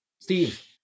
Steve